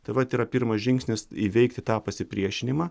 tai vat yra pirmas žingsnis įveikti tą pasipriešinimą